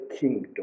kingdom